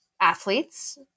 athletes